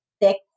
thick